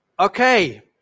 Okay